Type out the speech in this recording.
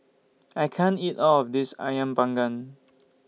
I can't eat All of This Ayam Panggang